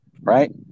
right